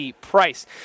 price